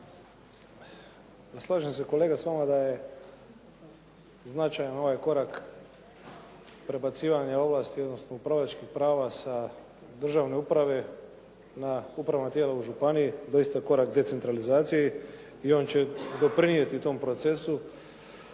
Slažem se kolega s Vama da je značajan ovaj korak prebacivanja ovlasti odnosno upravljačkih prava sa državne uprave na upravna tijela u županiji doista korak decentralizacije i on će doprinijeti tom procesu,